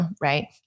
right